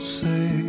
say